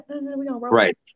right